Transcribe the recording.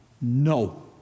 No